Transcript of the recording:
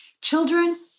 Children